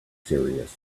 serious